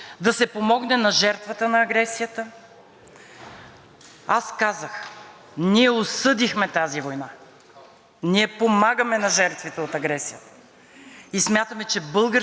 ние помагаме на жертвите от агресията и смятаме, че българският национален интерес е да не предоставяме оръжия, защото това ще ни направи страна в конфликта.